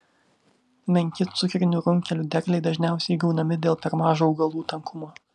menki cukrinių runkelių derliai dažniausiai gaunami dėl per mažo augalų tankumo